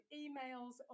emails